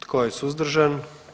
Tko je suzdržan?